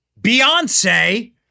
Beyonce